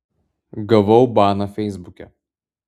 gavau baną feisbuke